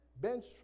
bench